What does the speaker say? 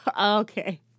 Okay